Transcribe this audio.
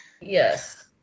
Yes